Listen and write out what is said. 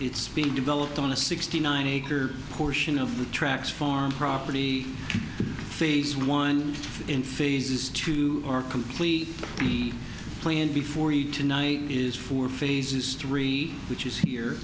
it's being developed on a sixty nine acre portion of the tracks farm property phase one in phases two are complete the plan before you tonight is four phases three which is here